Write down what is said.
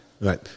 Right